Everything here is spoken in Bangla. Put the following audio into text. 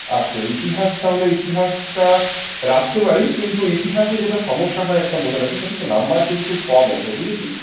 আচ্ছা ইতিহাস তা হলে ইতিহাসটা রাখতে পারিস কিন্তু ইতিহাসে যেটা সমস্যা হয় একটা বলে রাখি সেটা হচ্ছে নম্বর কিন্তু কম ওঠে বুঝেছিস